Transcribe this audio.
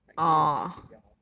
like 今天我看到 cassia hor